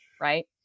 right